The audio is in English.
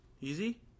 Easy